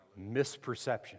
Misperception